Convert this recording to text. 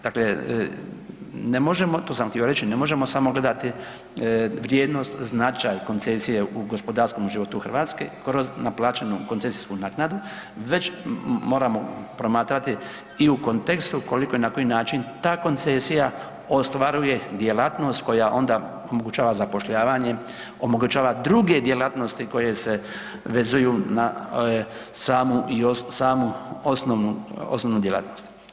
Dakle, ne možemo, to sam htio reći, ne možemo samo gledati vrijednost, značaj koncesije u gospodarskom životu Hrvatske kroz naplaćenu koncesijsku naknadu već moramo promatrati i u kontekstu koliko i na koji način ta koncesija ostvaruje djelatnost koja onda omogućava zapošljavanje, omogućava druge djelatnosti koje se vezuje na samu i, samu osnovnu, osnovnu djelatnost.